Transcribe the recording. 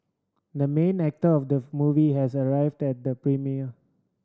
the main actor of the movie has arrived at the premiere